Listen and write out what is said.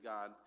God